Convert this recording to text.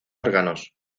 órganos